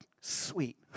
sweet